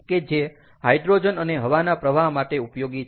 કે જે હાઇડ્રોજન અને હવાના પ્રવાહ માટે ઉપયોગી છે